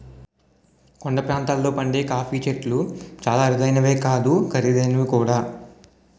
కొండ ప్రాంతాల్లో పండే కాఫీ చెట్లు చాలా అరుదైనవే కాదు ఖరీదైనవి కూడా